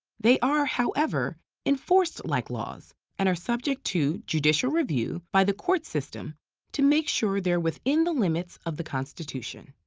they are, enforced like laws, and are subject to judicial review by the court system to make sure they're within the limits of the constitution.